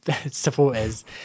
supporters